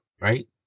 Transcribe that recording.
right